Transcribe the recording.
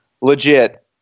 legit